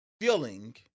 feeling